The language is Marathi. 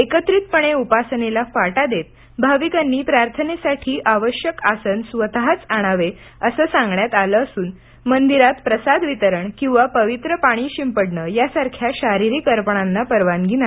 एकत्रितपणे उपासनेला फाटा देत भाविकांनी प्रार्थनेसाठी आवश्यक आसन स्वतःच आणावं असं सांगण्यात आलं असून मंदिरात प्रसाद वितरण किंवा पवित्र पाणी शिंपडणं या सारख्या शारीरिक अर्पणांना परवानगी नाही